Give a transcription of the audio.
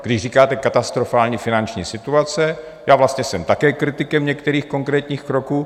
Když říkáte katastrofální finanční situace, vlastně jsem také kritikem některých konkrétních kroků.